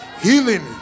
healing